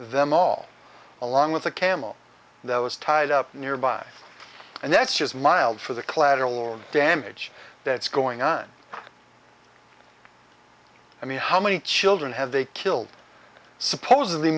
them all along with a camel that was tied up nearby and that's just mild for the collateral damage that's going on i mean how many children have they killed supposedly